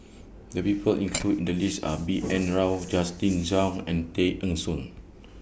The People included in The list Are B N Rao Justin Zhuang and Tay Eng Soon